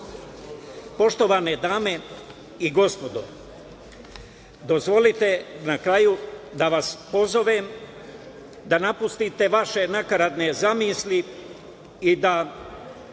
naciju. Poštovane dame i gospodo, dozvolite na kraju da vas pozovem da napustite vaše nakaradne zamisli i da